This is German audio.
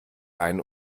ein